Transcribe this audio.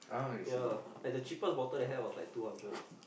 ya like the cheapest they have is like two hundred